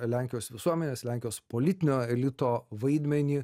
lenkijos visuomenės lenkijos politinio elito vaidmenį